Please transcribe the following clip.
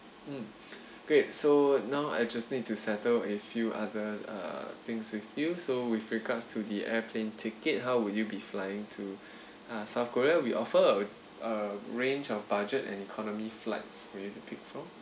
mm great so now I just need to settle a few other uh things with you so with regards to the airplane ticket how will you be flying to uh south korea we offer a range of budget and economy flights you may need to pick from